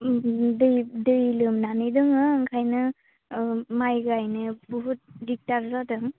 दै दै लोमनानै दङ ओंखायनो माइ गायनो बहुत दिग्दार जादों